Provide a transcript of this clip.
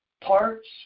parts